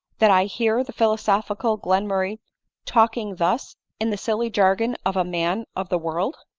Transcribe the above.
that i hear the philosophical glenmurray talking thus, in the silly jargon of a man of the world?